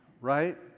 right